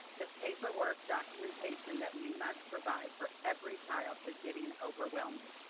the paperwork documentation that we must provide for every child is getting overwhelming.